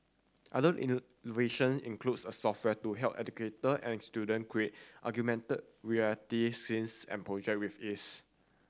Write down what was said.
other innovation includes a software to help educator and student create augmented reality scenes and project with ease